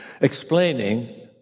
explaining